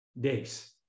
days